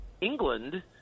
england